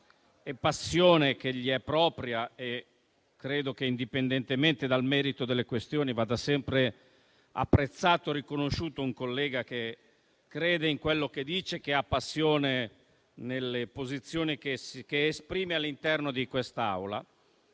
la passione che gli sono proprie - e credo che, indipendentemente dal merito delle questioni, vada sempre apprezzato e riconosciuto un collega che crede in quello che dice e ha passione nelle posizioni che esprime all'interno di quest'Aula